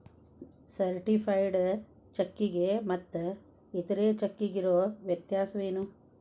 Certified ಚೆಕ್ಕಿಗೆ ಮತ್ತ್ ಇತರೆ ಚೆಕ್ಕಿಗಿರೊ ವ್ಯತ್ಯಸೇನು?